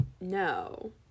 no